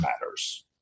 matters